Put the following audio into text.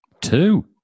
Two